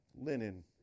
linen